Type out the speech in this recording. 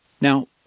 Now